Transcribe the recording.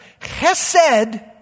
Chesed